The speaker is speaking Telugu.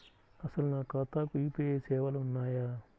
అసలు నా ఖాతాకు యూ.పీ.ఐ సేవలు ఉన్నాయా?